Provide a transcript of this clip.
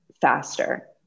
faster